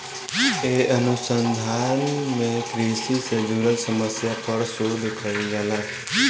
ए अनुसंधान में कृषि से जुड़ल समस्या पर शोध कईल जाला